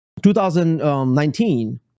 2019